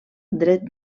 dret